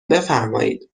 بفرمایید